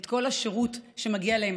את כל השירות שמגיע להם,